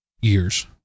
years